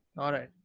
alright,